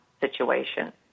situation